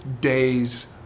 Days